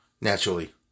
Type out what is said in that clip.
naturally